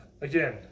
again